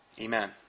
Amen